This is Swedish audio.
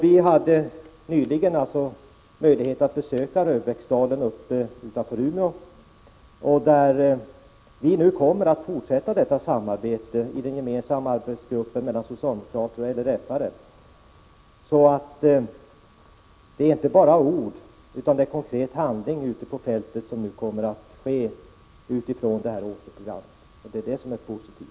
Vi hade nyligen möjlighet att besöka Röbäcksdalen utanför Umeå; vi kommer att fortsätta samarbetet i den gemensamma arbetsgruppen, där socialdemokrater och LRF-are ingår. Det är alltså inte bara ord, utan det är konkret handling ute på fältet som blir resultatet av åtgärdsprogrammet. Det anser jag är positivt.